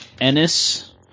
Ennis